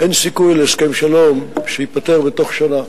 אין סיכוי להסכם שלום שייפתר בתוך שנה.